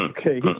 Okay